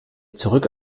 zurück